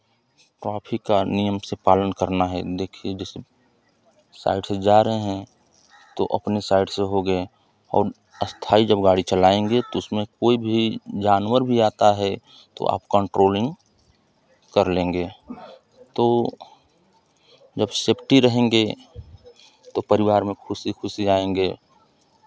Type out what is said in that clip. traffic का नियम से पालन करना है देखिए जैसे साइड से जा रहे हैं तो अपने साइड से हो गए और स्थायी जब गाड़ी चलाएंगे तो उसमें कोई भी जानवर भी आता है तो आप कंट्रोलिंग कर लेंगे तो जब सेफ्टी रहेंगे तो परिवार में खुशी खुशी आएंगे